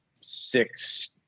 six